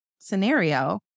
scenario